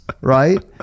right